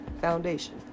foundation